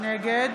נגד